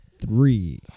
Three